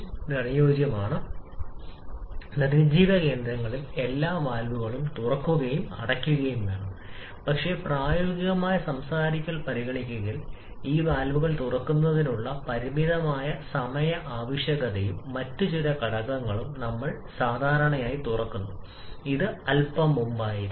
അതിനാൽ അനുയോജ്യമായ ചക്രം ആദ്യം വരുന്നു അതിനുശേഷം നമ്മൾ ഇത് ചേർക്കുന്നു ഇന്ധന വായു ചക്രത്തിന്റെ രൂപത്തിൽ കൂടുതൽ യാഥാർത്ഥ്യബോധം നേടുന്നതിനുള്ള ഘടകം ഒരിക്കൽ നമ്മൾക്ക് കഴിയും സംഘർഷം മുതലായ ഘടകങ്ങൾ ചേർക്കുക അപ്പോൾ നമുക്ക് യഥാർത്ഥ സൈക്കിൾ പ്രവർത്തനം ലഭിക്കും